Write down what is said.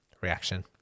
reaction